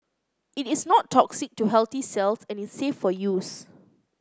it is not toxic to healthy cells and is safe for use